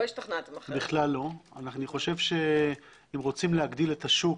אני חושב שאם רוצים להגדיל את השוק,